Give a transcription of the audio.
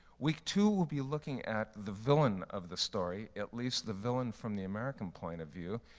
week two will be looking at the villain of the story, at least the villain from the american point of view.